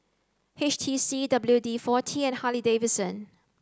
H T C W D forty and Harley Davidson